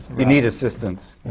you need assistants.